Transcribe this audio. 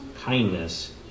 kindness